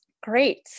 Great